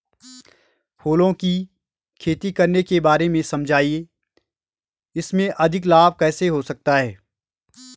फूलों की खेती करने के बारे में समझाइये इसमें अधिक लाभ कैसे हो सकता है?